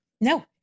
No